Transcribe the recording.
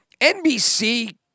NBC